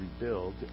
rebuild